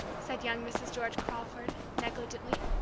said young mrs. george crawford, negligently.